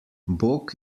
bog